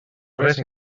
res